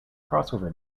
crossover